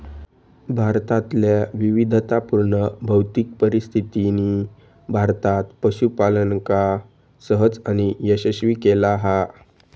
भारतातल्या विविधतापुर्ण भौतिक परिस्थितीनी भारतात पशूपालनका सहज आणि यशस्वी केला हा